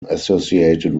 associated